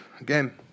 Again